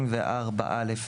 34א,